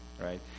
Right